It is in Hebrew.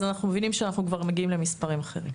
אנחנו מבינים שאנחנו כבר מגיעים למספרים אחרים.